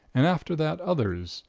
and after that others,